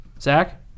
Zach